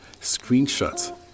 screenshots